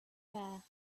there